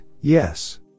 yes